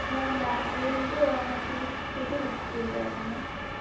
ഞാൻ ബാംഗ്ലൂരിലോട്ട് പോകാനായിട്ടൊരു ടിക്കറ്റ് ബുക്ക് ചെയ്തിരുന്നു